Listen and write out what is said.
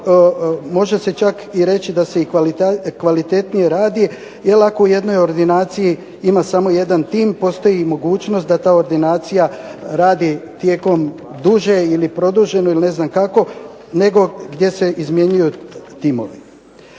možemo se čak i reći da se kvalitetnije radi, jer ako u jednoj ordinaciji ima samo jedan tim postoji mogućnost da ta ordinacija radi tijekom duže ili produženo ili ne znam kako nego gdje se izmjenjuju timovi.